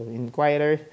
inquirer